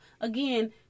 Again